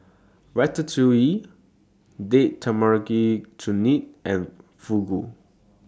Ratatouille Date Tamarind Chutney and Fugu